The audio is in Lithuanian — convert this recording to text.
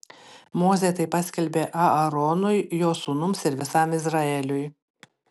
mozė tai paskelbė aaronui jo sūnums ir visam izraeliui